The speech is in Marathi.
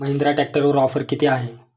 महिंद्रा ट्रॅक्टरवर ऑफर किती आहे?